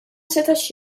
setax